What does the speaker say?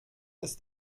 des